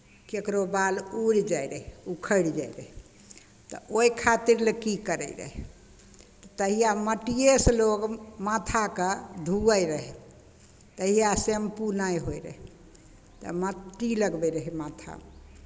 ककरो बाल उड़ि जाइत रहय उखड़ि जाइत रहय तऽ ओहि खातिर लेल की करैत रहय तहिया मट्टिएसँ लोक माथाकेँ धुअइत रहय तहिया शैम्पू नहि होइत रहय तऽ मट्टी लगबैत रहय माथामे